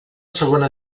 segona